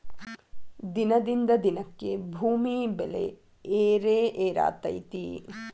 ದಿನದಿಂದ ದಿನಕ್ಕೆ ಭೂಮಿ ಬೆಲೆ ಏರೆಏರಾತೈತಿ